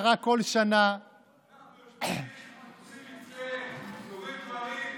ובטוחה שניתן למצוא פתרונות לאיתור אנשים בודדים ולתת להם מענה.